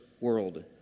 world